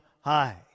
High